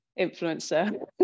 influencer